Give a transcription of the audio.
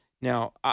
Now